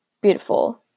beautiful